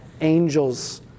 angels